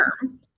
term